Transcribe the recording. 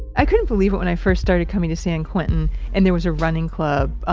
i couldn't believe it when i first started coming to san quentin and there was a running club, ah,